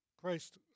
Christ